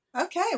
Okay